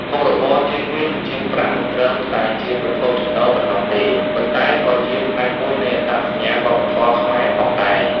មុខរបរជាងមាស និងជាងប្រាក់មិនត្រឹមតែជាប្រភពចំណូលប៉ុណ្ណោះទេ ប៉ុន្តែក៏ជា ផ្នែកមួយនៃអត្តសញ្ញាណវប្បធម៌ខ្មែរ ផងដែរ។